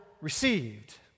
received